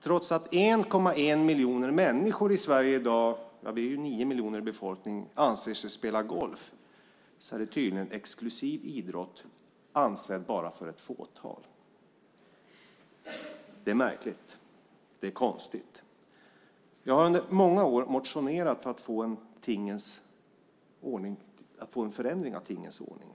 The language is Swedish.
Trots att 1,1 miljon människor i Sverige i dag - vi är ju 9 miljoner i befolkningen - anser sig spela golf är det tydligen en exklusiv idrott avsedd bara för ett fåtal. Det är märkligt. Det är konstigt. Jag har i många år motionerat för att få en förändring av tingens ordning.